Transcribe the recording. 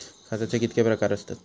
खताचे कितके प्रकार असतत?